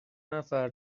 نفر